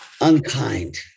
unkind